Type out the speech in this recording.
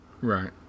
right